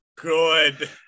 good